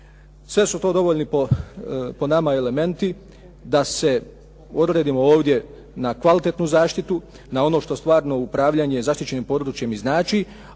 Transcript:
Sve su to dovoljni po nama elementi da se odredimo ovdje na kvalitetnu zaštitu, na ono što stvarno upravljanje zaštićenim područjem i znači,